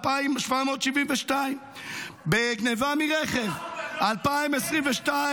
2,772. --- בגנבה מרכב: 2022,